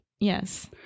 Yes